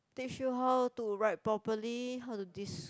teach you how to write properly how to this